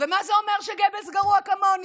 מה זה אומר שגבלס גרוע כמוני?